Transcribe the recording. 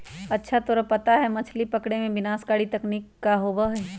अच्छा तोरा पता है मछ्ली पकड़े में विनाशकारी तकनीक का होबा हई?